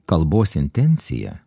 kalbos intencija